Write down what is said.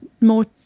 more